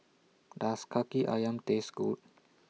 Does Kaki Ayam Taste Good